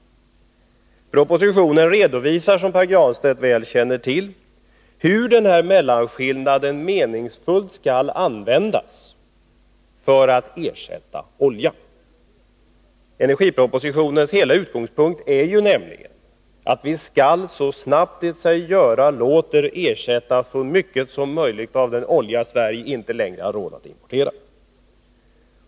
I propositionen redovisas, som Pär Granstedt väl känner till, hur denna mellanskillnad meningsfullt skall användas för att ersätta olja. Utgångspunkten för energipropositionen är nämligen att vi så snart det sig göra låter skall ersätta så mycket som möjligt av den olja Sverige inte längre har råd att importera.